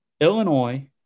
Illinois